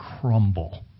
crumble